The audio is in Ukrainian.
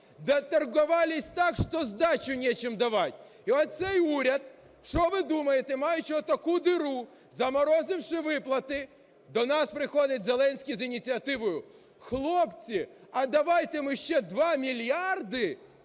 Доторговались так, что сдачу нечем давать. І оцей уряд, що ви думаєте, маючи отаку діру, заморозивши виплати, до нас приходить Зеленський з ініціативою: "Хлопці, а давайте ми ще два мільярди